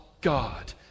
God